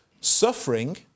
Suffering